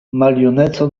maljuneco